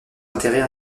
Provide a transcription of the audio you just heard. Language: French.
intérêts